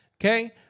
Okay